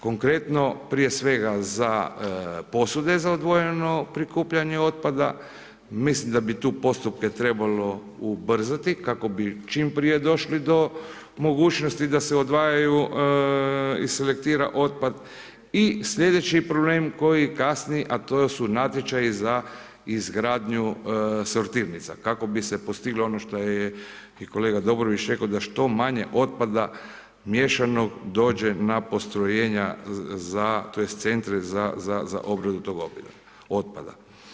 Konkretno prije svega, za posude za odvojeno prikupljanje otpada, mislim da bi tu postupke trebalo ubrzati, kako bi čim prije došli do mogućnosti da se odvajaju i selektira otpad i sljedeći problem koji kasni, a to su natječaji za izgradnju sortirnice, kako bi se postiglo ono što je i kolega Doborvić rekao, da što manje otpada, miješanog dođe na postrojenja, tj. centre za obradu tog otpada.